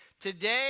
Today